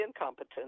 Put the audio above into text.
incompetent